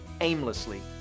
aimlessly